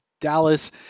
dallas